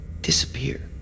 disappear